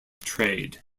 trade